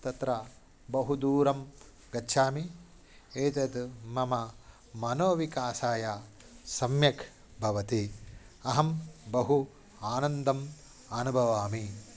तत्र बहु दूरं गच्छामि एतद् मम मनोविकासाय सम्यक् भवति अहं बहु आनन्दम् अनुभवामि